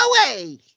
away